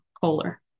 Kohler